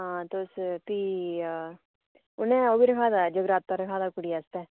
हां तुस फ्ही उ'नें ओह् बी रखाए दा जगराता रखाए दा कुड़ी आस्तै